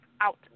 out